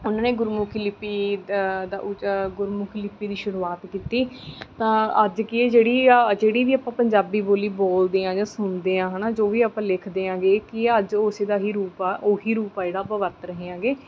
ਉਹਨਾਂ ਨੇ ਗੁਰਮੁਖੀ ਲਿਪੀ ਦਾ ਗੁਰਮੁਖੀ ਲਿਪੀ ਦੀ ਸ਼ੁਰੂਆਤ ਕੀਤੀ ਤਾਂ ਅੱਜ ਕੀ ਜਿਹੜੀ ਜਿਹੜੀ ਵੀ ਆਪਾਂ ਪੰਜਾਬੀ ਬੋਲੀ ਬੋਲਦੇ ਹਾਂ ਜਾਂ ਸੁਣਦੇ ਹਾਂ ਹੈ ਨਾ ਜੋ ਵੀ ਆਪਾਂ ਲਿਖਦੇ ਆਗੇ ਇਹ ਕੀ ਆ ਅੱਜ ਉਸੇ ਦਾ ਹੀ ਰੂਪ ਆ ਉਹੀ ਰੂਪ ਆ ਜਿਹੜਾ ਆਪਾਂ ਵਰਤ ਰਹੇ ਆਗੇ